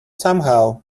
somehow